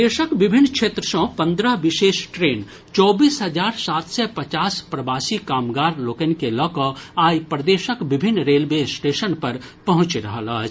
देशक विभिन्न क्षेत्र सँ पंद्रह विशेष ट्रेन चौबीस हजार सात सय पचास प्रवासी कामगार लोकनि के लऽकऽ आइ प्रदेशक विभिन्न रेलवे स्टेशन पर पहुंचि रहल अछि